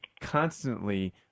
constantly